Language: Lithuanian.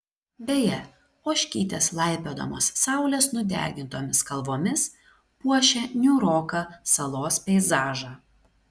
beje ožkytės laipiodamos saulės nudegintomis kalvomis puošia niūroką salos peizažą